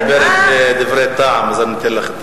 היות שאת מדברת דברי טעם אז אני אתן לך את,